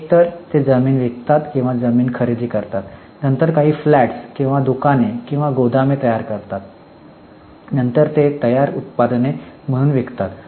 एकतर ते जमीन विकतात किंवा जमीन खरेदी करतात नंतर काही फ्लॅट्स किंवा दुकाने किंवा गोदाम तयार करतात नंतर ते तयार उत्पादने म्हणून विकतात